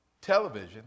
television